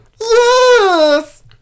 Yes